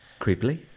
Creepily